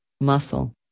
muscle